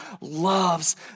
loves